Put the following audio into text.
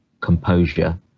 composure